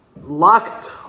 locked